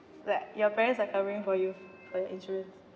like your parents are covering for you for your insurance